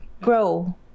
grow